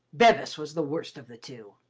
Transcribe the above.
bevis was the worse of the two.